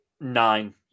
nine